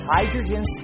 Hydrogen